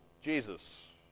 Jesus